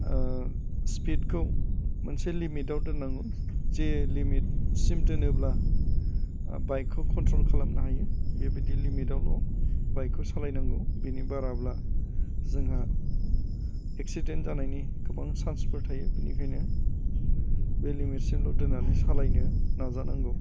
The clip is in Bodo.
स्पिडखौ मोनसे लिमिटआव दोननांगौ जे लिमिटसिम दोनोब्ला बाइकखौ कन्ट्र'ल खालामनो हायो बेबायदि लिमिटआवल' बाइकखौ सालायनांगौ बिनि बाराब्ला जोंहा एक्सिडेन्ट जानायनि गोबां चान्सफोर थायो बेनिखायनो बे लिमिटसिमल' दोननानै सालायनो नाजा नांगौ